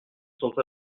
sont